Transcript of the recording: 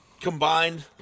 Combined